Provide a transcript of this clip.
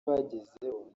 bagezeho